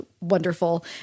wonderful